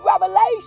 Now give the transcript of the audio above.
revelation